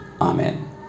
Amen